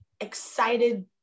excited